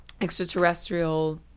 extraterrestrial